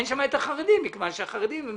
אין שם את החרדים מכיוון שהחרדים הם